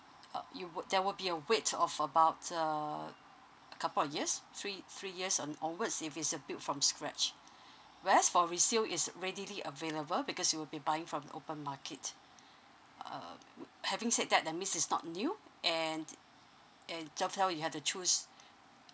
uh you would there would be a wait of about uh couple of years three three years on~ onwards if it's uh build from scratch whereas for resale is readily available because you will be buying from open market uh having said that that means it's not new and and somehow you have to choose